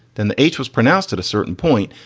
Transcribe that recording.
then the h was pronounced at a certain point.